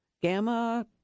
gamma